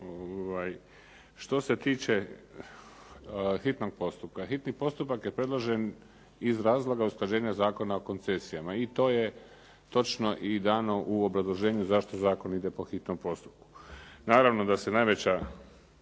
Što se tiče hitnog postupka, hitni postupak je predložen iz razloga usklađenja Zakona o koncesijama. I to je točno i dano u obrazloženju zašto zakon ide po hitnom postupku. Naravno da se najveća